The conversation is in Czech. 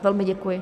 Velmi děkuji.